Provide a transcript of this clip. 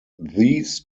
these